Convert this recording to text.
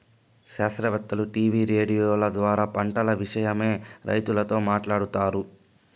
శాస్త్రవేత్తలు టీవీ రేడియోల ద్వారా పంటల విషయమై రైతులతో మాట్లాడుతారు